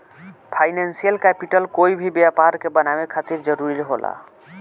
financial capital कोई भी व्यापार के बनावे खातिर जरूरी होला